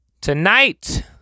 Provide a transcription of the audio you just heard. Tonight